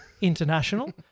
International